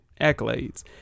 Accolades